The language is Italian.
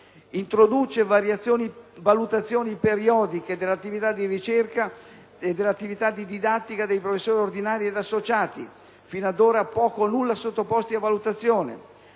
Introduce valutazioni periodiche dell'attività di ricerca e della didattica dei professori ordinari e associati (fino ad ora poco o nulla sottoposti a valutazione).